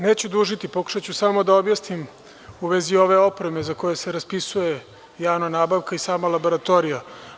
Neću dužiti, pokušaću samo da objasnim u vezi ove opreme za koje se raspisuje javna nabavka i sama laboratorija.